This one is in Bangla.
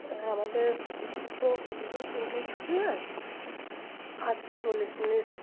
হ্যাঁ আমাদের স্কুল তো প্রতিদিন তিনটেয় ছুটি হয় আজকে চল্লিশ মিনিট